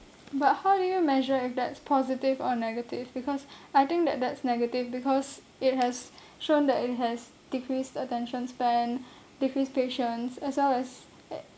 but how do you measure if that's positive or negative because I think that that's negative because it has shown that it has decreased attention span decreased patience as well as